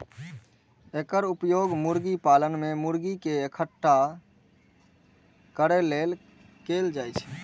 एकर उपयोग मुर्गी पालन मे मुर्गी कें इकट्ठा करै लेल कैल जाइ छै